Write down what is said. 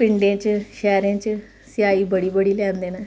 पिंडें च शैह्रें च सेआई बड़ी बड़ी लैंदे न